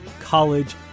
College